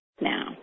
now